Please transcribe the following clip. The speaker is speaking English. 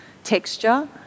texture